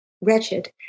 wretched